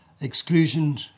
exclusion